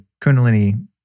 kundalini